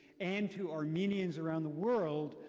and to armenians around the world,